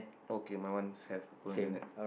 okay my one have pull and a net